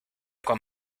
con